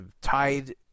Tied